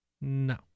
No